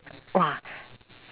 !wah!